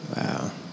Wow